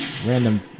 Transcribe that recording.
Random